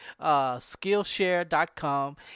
Skillshare.com